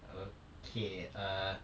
okay err